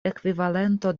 ekvivalento